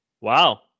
Wow